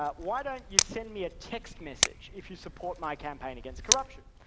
ah why don't you send me a text message if you support my campaign against corruption?